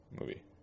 movie